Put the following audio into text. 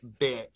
bitch